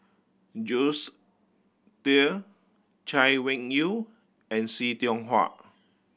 Jules Itier Chay Weng Yew and See Tiong Wah